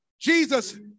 Jesus